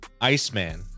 Iceman